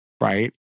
Right